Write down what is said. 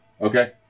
Okay